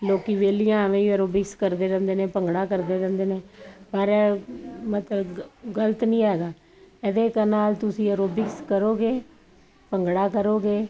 ਲੋਕੀ ਵਿਹਲੀਆਂ ਐਵੇਂ ਐਰੋਬਿਕਸ ਕਰਦੇ ਰਹਿੰਦੇ ਨੇ ਭੰਗੜਾ ਕਰਦੇ ਰਹਿੰਦੇ ਨੇ ਪਰ ਮਤਲਬ ਗਲਤ ਨਹੀਂ ਹੈਗਾ ਇਹਦੇ ਨਾਲ ਤੁਸੀਂ ਐਰੋਬਿਕਸ ਕਰੋਗੇ ਭੰਗੜਾ ਕਰੋਗੇ